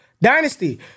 Dynasty